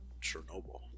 Chernobyl